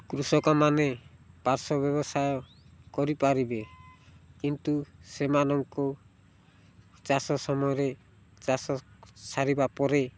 କୃଷକମାନେ ପାର୍ଶ୍ଵବ୍ୟବସାୟ କରିପାରିବେ କିନ୍ତୁ ସେମାନଙ୍କୁ ଚାଷ ସମୟରେ ଚାଷ ସାରିବାପରେ